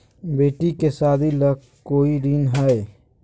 बेटी के सादी ला कोई ऋण हई?